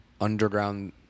underground